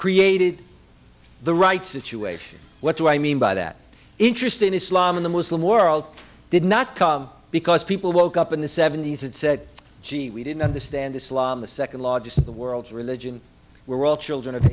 created the right situation what do i mean by that interest in islam in the muslim world did not come because people woke up in the seventy's and said gee we didn't understand islam the second largest in the world religion we're all children of